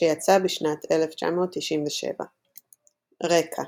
שיצא בשנת 1997. רקע